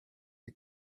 you